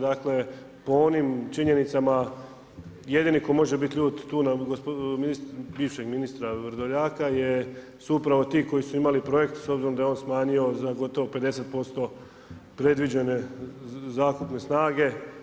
Dakle, po onim činjenicama jedini tko može bit ljut tu na bivšeg ministra Vrdoljaka su upravo ti koji su imali projekt s obzirom da je on smanjio za gotovo 50% predviđene zakupne snage.